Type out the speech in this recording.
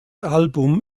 album